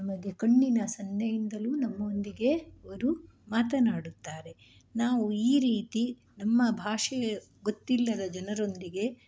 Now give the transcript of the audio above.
ನಮಗೆ ಕಣ್ಣಿನ ಸನ್ನೆಯಿಂದಲೂ ನಮ್ಮೊಂದಿಗೆ ಅವರು ಮಾತನಾಡುತ್ತಾರೆ ನಾವು ಈ ರೀತಿ ನಮ್ಮ ಭಾಷೆ ಗೊತ್ತಿಲ್ಲದ ಜನರೊಂದಿಗೆ